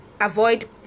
avoid